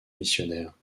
missionnaire